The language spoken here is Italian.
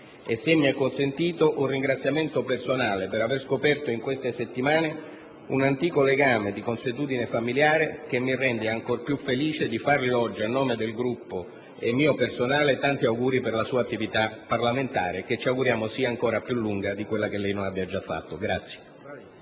Se mi è consentito, un ringraziamento personale anche per aver scoperto in queste settimane un antico legame di consuetudine familiare che mi rende ancor più felice di farle oggi a nome del Gruppo e mio personale tanti auguri per la sua attività parlamentare, che ci auguriamo sia ancora più lunga di quella che lei non abbia già svolto.